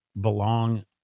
belong